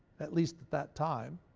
at least at that time,